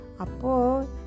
Apo